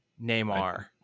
Neymar